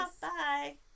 Bye